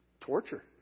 torture